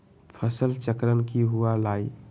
फसल चक्रण की हुआ लाई?